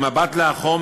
במבט לאחור,